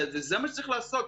וזה מה שצריך לעשות,